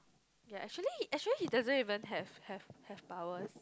yea actually actually he doesn't even have have have powers